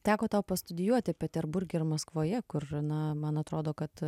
teko tau pastudijuoti peterburge ir maskvoje kur na man atrodo kad